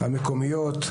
המקומיות,